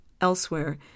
elsewhere